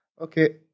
okay